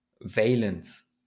valence